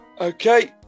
Okay